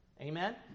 Amen